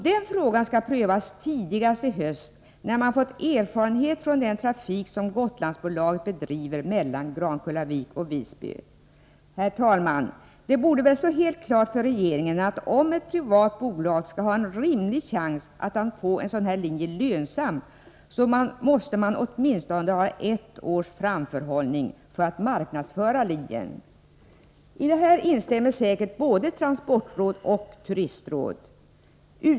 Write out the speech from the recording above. Den frågan skall prövas tidigast i höst, när man vunnit erfarenheter från den trafik som Gotlandsbolaget bedriver mellan Grankullavik och Visby. Herr talman! Det borde stå helt klart för regeringen att om ett privat bolag skall ha en rimlig chans att göra en sådan här linje lönsam, måste man åtminstone ha ett års framförhållning för att kunna marknadsföra linjen. I det instämmer säkert både transportrådet och Turistrådet.